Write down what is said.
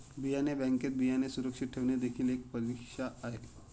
बियाणे बँकेत बियाणे सुरक्षित ठेवणे देखील एक परीक्षा आहे